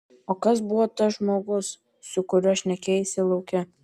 o kas buvo tas žmogus su kuriuo šnekėjaisi lauke